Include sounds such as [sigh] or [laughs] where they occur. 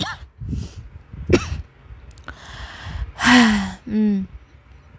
[laughs]